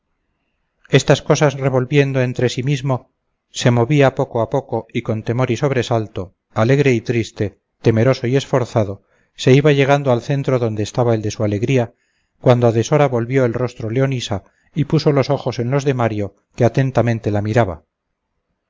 estas cosas revolviendo entre sí mismo se movía poco a poco y con temor y sobresalto alegre y triste temeroso y esforzado se iba llegando al centro donde estaba el de su alegría cuando a deshora volvió el rostro leonisa y puso los ojos en los de mario que atentamente la miraba